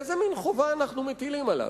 איזה מין חובה אנו מטילים עליו?